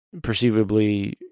perceivably